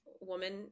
woman